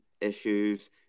issues